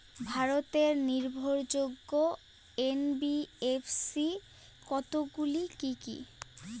ভারতের নির্ভরযোগ্য এন.বি.এফ.সি কতগুলি কি কি?